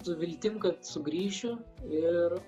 su viltim kad sugrįšiu ir